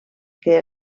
que